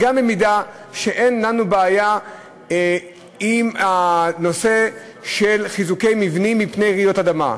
גם במידה שאין לנו בעיה עם הנושא של חיזוקי מבנים מפני רעידות אדמה.